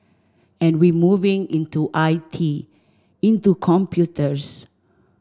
and we moving into I T into computers